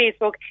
Facebook